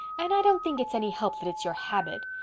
and i don't think it's any help that it's your habit.